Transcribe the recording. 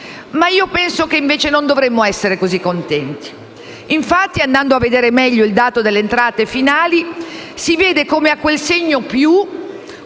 Ma credo che non dovremmo essere così contenti. Infatti, andando a vedere meglio il dato delle entrate finali si vede come a quel segno "più"